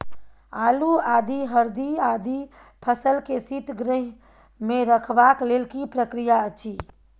आलू, आदि, हरदी आदि फसल के शीतगृह मे रखबाक लेल की प्रक्रिया अछि?